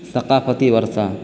ثقافتی ورثہ